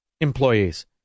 employees